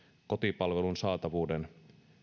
kotipalvelun saatavuuden